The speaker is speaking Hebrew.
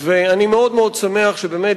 אני מאוד מאוד שמח שבאמת,